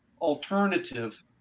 alternative